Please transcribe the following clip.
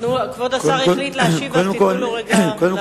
אני אתחיל דווקא מהסוף.